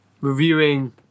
reviewing